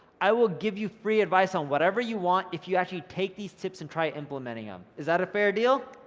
i will give you free advice on whatever you want if you actually take these trips and try implementing em. is that a fair deal?